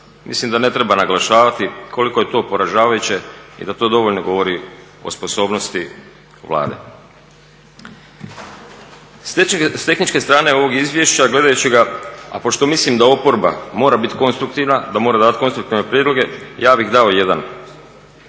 Mislim da ne treba naglašavati koliko je to poražavajuće i da to dovoljno govori o sposobnosti Vlade. S tehničke strane ovog izvješća gledajući ga, a pošto mislim da oporba mora biti konstruktivna, da mora davati konstruktivne prijedloge, ja bih dao jedan.